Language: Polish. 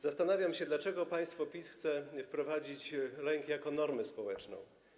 Zastanawiam się, dlaczego państwo PiS chce wprowadzić lęk jako normę społeczną.